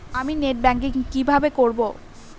আমি net banking কিভাবে করব?